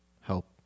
help